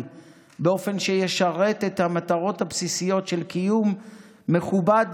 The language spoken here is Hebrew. באופן שישרת את המטרות הבסיסיות של קיום מכובד,